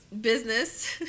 Business